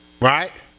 right